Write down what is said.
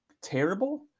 terrible